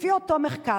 לפי אותו מחקר,